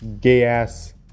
gay-ass